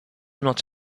not